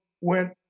went